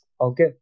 okay